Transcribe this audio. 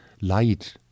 light